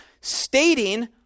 stating